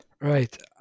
Right